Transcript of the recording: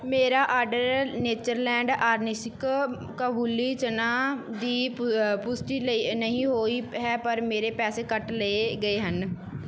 ਮੇਰੇ order Natureland Organics kabuli chana ਦੀ ਪੁਸ਼ਟੀ ਨਹੀਂ ਹੋਈ ਹੈ ਪਰ ਮੇਰੇ ਪੈਸੇ ਕੱਟ ਲਏ ਗਏ ਹਨ